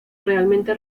realmente